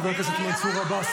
חבר הכנסת מנסור עבאס,